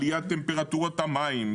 עליית טמפרטורת המים,